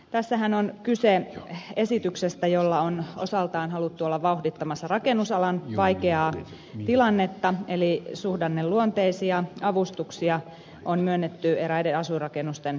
tässähän on kyse esityksestä jolla on osaltaan haluttu olla vauhdittamassa rakennusalan vaikeaa tilannetta eli suhdanneluonteisia avustuksia on myönnetty eräiden asuinrakennusten korjauksiin